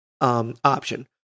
Option